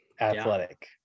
athletic